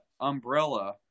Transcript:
umbrella